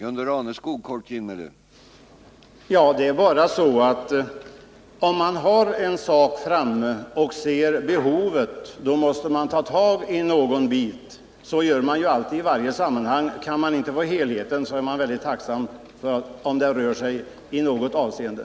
Herr talman! Om man ser att det finns ett behov på ett visst område, så måste man ta tag i någon bit. Så gör man i alla sammanhang. Kan man inte lösa hela problemet, så är man tacksam för om det åtminstone händer något.